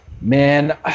Man